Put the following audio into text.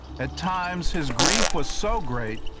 at times, his grief was so great,